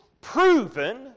proven